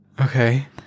Okay